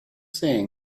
saying